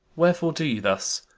wherefore do you thus?